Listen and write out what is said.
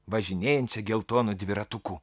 važinėjančią geltonu dviratuku